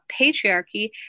patriarchy